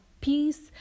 peace